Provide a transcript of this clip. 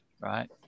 right